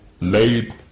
late